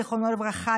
זיכרונו לברכה,